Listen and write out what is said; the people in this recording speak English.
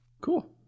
Cool